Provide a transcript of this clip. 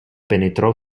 penetrò